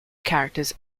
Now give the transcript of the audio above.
characters